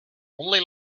only